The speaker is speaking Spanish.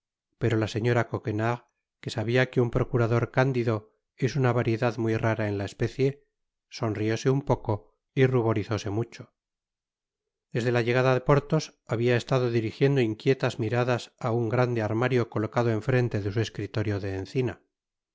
pero la señora coquenard que sabia que un procurador cándido es una variedad muy rara en la especie sonrióse un poco y ruborizóse mucho desde la llegada de porthos habia estado dirigiendo inquietas miradas á un grande armario colocado en frente de su escritorio de encina